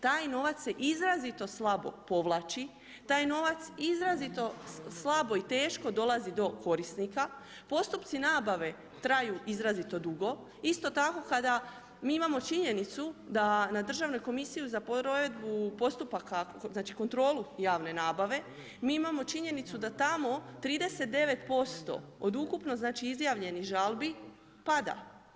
Taj novac se izrazito slabo povlači, taj novac izrazito slabo i teško dolazi do korisnika, postupci nabave traju izrazito dugo, isto tako kad mi imamo činjenicu da na državnoj komisiju za provedbu postupaka, znači kontrolu javne nabave, mi imao činjenicu da tamo 39% od ukupno izjavljenih žalbi, pada.